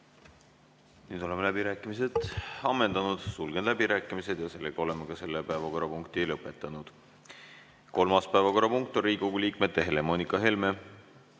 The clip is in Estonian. Nüüd oleme läbirääkimised ammendanud. Sulgen läbirääkimised. Ja oleme ka selle päevakorrapunkti lõpetanud. Kolmas päevakorrapunkt on Riigikogu liikmete Helle-Moonika Helme,